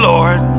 Lord